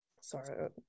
sorry